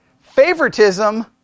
favoritism